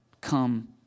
come